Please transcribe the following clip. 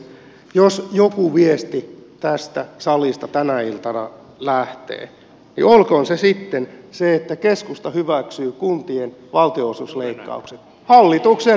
jos joku viesti tästä salista tänä iltana lähtee niin olkoon se sitten se että keskusta hyväksyy kuntien valtionosuusleikkaukset hallituksen rinnalla